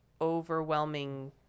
overwhelming